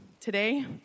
Today